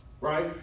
right